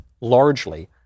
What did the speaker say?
largely